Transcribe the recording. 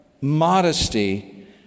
modesty